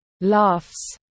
Laughs